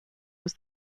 was